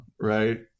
right